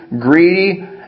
greedy